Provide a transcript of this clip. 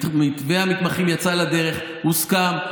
מתווה המתמחים יצא לדרך, הוסכם.